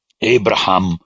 Abraham